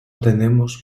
tenemos